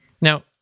Now